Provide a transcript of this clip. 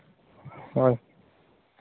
ᱦᱳᱭ